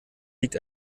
liegt